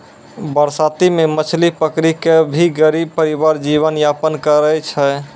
बरसाती मॅ मछली पकड़ी कॅ भी गरीब परिवार जीवन यापन करै छै